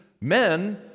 men